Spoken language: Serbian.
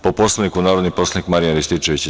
Po Poslovniku, narodni poslanik Marijan Rističević ima reč.